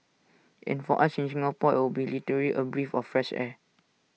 and for us in Singapore it'll be literally A breath of fresh air